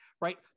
right